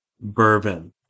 bourbon